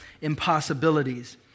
impossibilities